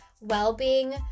well-being